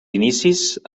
inicis